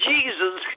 Jesus